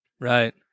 Right